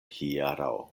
hieraŭ